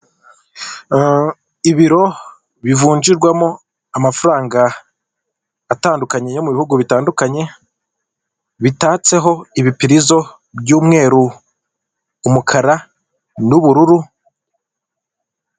Ibiro bivunjirwamo amafaranga atandukanye yo mu bihugu bitandukanye, bitatseho ibipirizo by'umweru, umukara, n'ubururu.